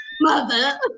mother